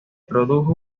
produjo